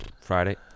Friday